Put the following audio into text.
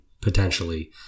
potentially